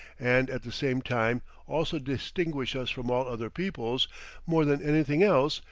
and at the same time also distinguish us from all other peoples more than anything else,